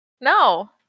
No